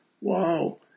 Wow